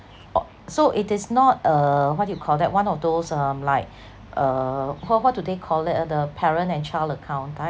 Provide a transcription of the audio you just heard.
oh so it is not uh what do you call that one of those um like uh what what do they call it uh the parent and child account guide